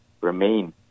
remain